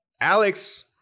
Alex